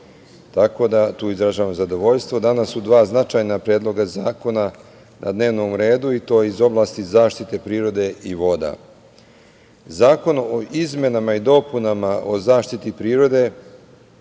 tako da tu izražavam zadovoljstvo. Danas su dva značajna predloga zakona na dnevnom redu i to iz oblasti zaštite prirode i voda. Zakon o izmenama i dopunama Zakona o zaštiti prirode